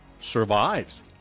survives